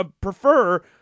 prefer